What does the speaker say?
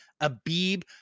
Abib